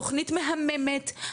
תוכנית מהממת,